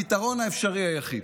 הפתרון האפשרי היחיד,